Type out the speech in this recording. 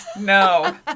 No